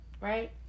right